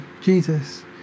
Jesus